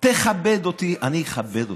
תכבד אותי, אכבד אותך.